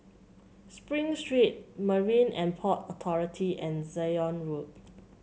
Spring Street Marine And Port Authority and Zion Road